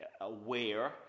aware